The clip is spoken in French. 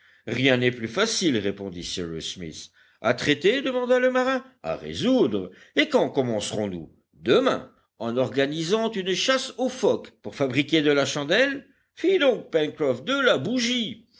rien n'est plus facile répondit cyrus smith à traiter demanda le marin à résoudre et quand commencerons-nous demain en organisant une chasse aux phoques pour fabriquer de la chandelle fi donc pencroff de la bougie